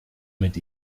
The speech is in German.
mit